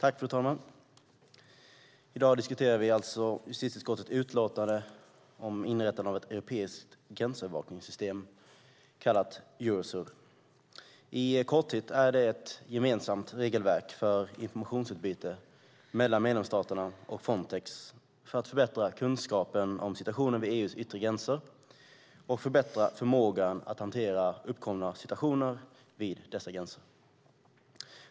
Fru talman! I dag diskuterar vi justitieutskottets utlåtande om inrättande av ett europeiskt gränsövervakningssystem, kallat Eurosur. I korthet är det ett gemensamt regelverk för informationsutbyte mellan medlemsstaterna och Frontex för att förbättra kunskapen om situationen vid EU:s yttre gränser och förbättra förmågan att hantera uppkomna situationer vid dessa gränser.